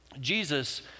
Jesus